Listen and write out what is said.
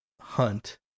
hunt